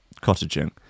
cottaging